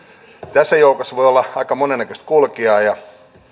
tässä joukossa voi olla aika monennäköistä kulkijaa ja